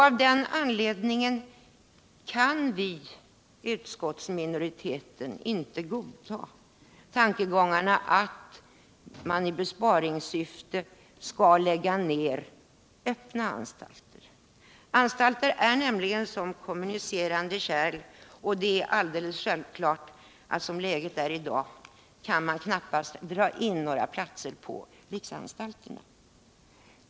Av den anledningen kan vi i utskottsminoriteten inte godta tanken att man i besparingssyfte skall lägga ned öppna anstalter. Anstalter är nämligen som kommunicerande kärl, och det är alldeles självklart att som läget är i dag kan man knappast dra in några platser på riksanstalterna.